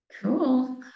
Cool